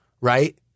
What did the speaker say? right